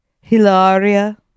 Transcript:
hilaria